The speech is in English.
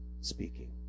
speaking